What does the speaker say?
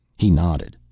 he nodded.